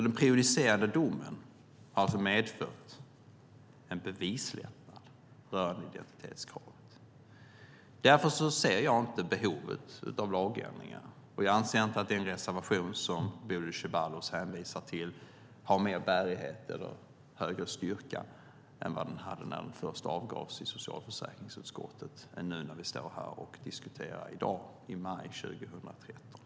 Den prejudicerande domen har alltså medfört en bevislättnad rörande identitetskravet. Därför ser jag inte något behov av lagändringar. Jag anser inte att den reservation som Bodil Ceballos hänvisar till har mer bärighet eller större styrka nu när vi står här och diskuterar i maj 2013 än vad den hade när den först avgavs i socialförsäkringsutskottet.